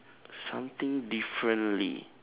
something differently